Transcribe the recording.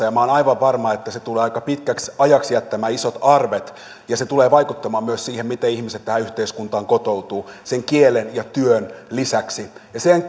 ja minä olen aivan varma että se tulee aika pitkäksi ajaksi jättämään isot arvet ja se tulee vaikuttamaan myös siihen miten ihmiset tähän yhteiskuntaan kotoutuvat sen kielen ja työn lisäksi sen